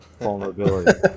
vulnerability